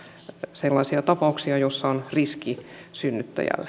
sellaisia tapauksia joissa on riski synnyttäjälle